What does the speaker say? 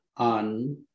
On